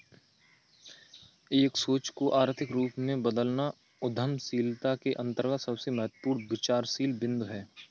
एक सोच को आर्थिक रूप में बदलना उद्यमशीलता के अंतर्गत सबसे महत्वपूर्ण विचारशील बिन्दु हैं